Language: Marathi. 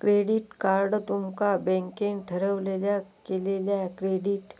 क्रेडिट कार्ड तुमका बँकेन ठरवलेल्या केलेल्या क्रेडिट